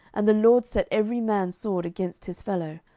and the lord set every man's sword against his fellow,